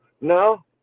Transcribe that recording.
No